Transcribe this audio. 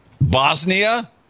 Bosnia